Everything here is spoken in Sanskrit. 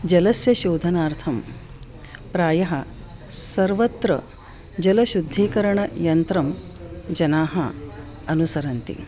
जलस्य शोधनार्थं प्रायः सर्वत्र जलशुद्धीकरणयन्त्रं जनाः अनुसरन्ति